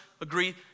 agree